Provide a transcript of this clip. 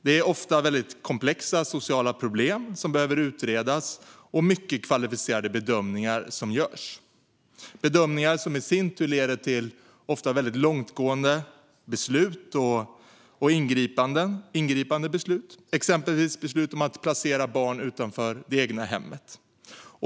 Det är ofta väldigt komplexa sociala problem som behöver utredas och mycket kvalificerade bedömningar som görs. Dessa bedömningar leder i sin tur ofta till väldigt långtgående och ingripande beslut, exempelvis beslut om att placera barn utanför det egna hemmet.